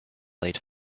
late